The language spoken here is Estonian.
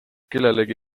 kellelegi